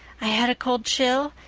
i had a cold chill.